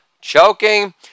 choking